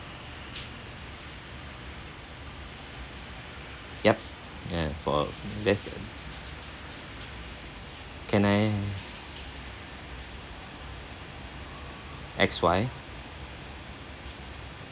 yup ya for that's can I X Y